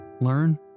learn